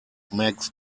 makes